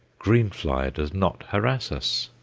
green fly does not harass us.